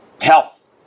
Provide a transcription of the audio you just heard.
health